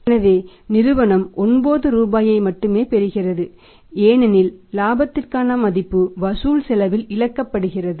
எனவே நிறுவனம் 9 ரூபாயை மட்டுமே பெறுகிறது ஏனெனில் இலாபத்திற்கான மதிப்பு வசூல் செலவில் இழக்கப்படுகிறது